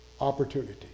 opportunity